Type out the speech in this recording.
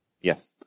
Yes